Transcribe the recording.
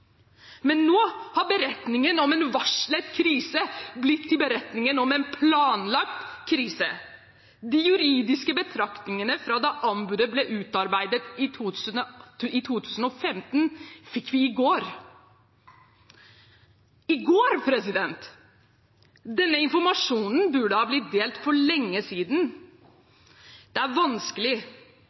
Men nå har beretningen om en varslet krise blitt til beretningen om en planlagt krise. De juridiske betraktningene fra da anbudet ble utarbeidet i 2015, fikk vi i går – i går! Denne informasjonen burde ha blitt delt for lenge siden. Det er vanskelig